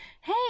Hey